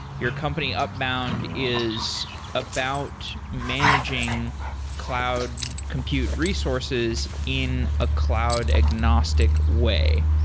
your company upbound is about managing cloud compute resources in a cloud agnostic way.